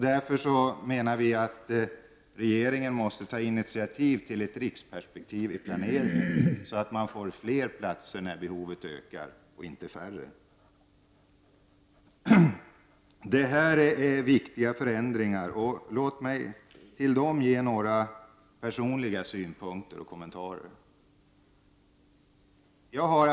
Därför menar vi att regeringen måste ta initiativ till ett riksperspektiv i planeringen, så att det går att få fram fler platser när behovet blir större och inte färre platser. Det här är viktiga förändringar. När det gäller dessa förändringar vill jag anlägga några personliga synpunkter och göra några kommentarer.